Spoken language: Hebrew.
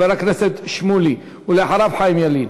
חבר הכנסת שמולי, ואחריו, חיים ילין.